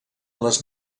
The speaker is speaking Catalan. les